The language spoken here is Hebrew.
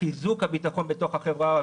הערים.